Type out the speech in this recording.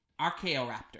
Archaeoraptor